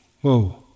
Whoa